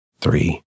three